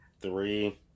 three